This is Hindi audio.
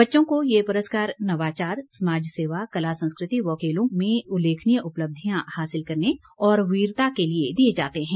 बच्चों को ये पुरस्कार नवाचार समाज सेवा कला संस्कृति व खेलों के क्षेत्र में उल्लेखनीय उपलब्धियां हासिल करने और वीरता के लिए दिये जाते हैं